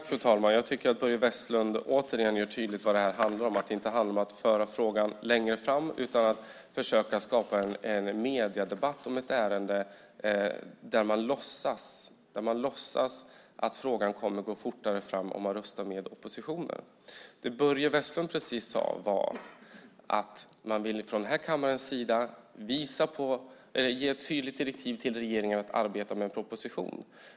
Fru talman! Jag tycker att Börje Vestlund återigen gör tydligt vad det här handlar om. Det handlar inte om att föra frågan längre fram utan om att försöka skapa en mediedebatt om ett ärende och låtsas som att frågan kommer att gå fortare fram om man röstar med oppositionen. Det Börje Vestlund precis sade var att man från den här kammarens sida ville ge ett tydligt direktiv till regeringen att arbeta med en proposition.